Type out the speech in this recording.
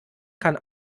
kann